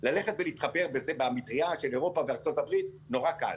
ללכת ולהתחפר במטריה של אירופה וארצות הברית נורא קל.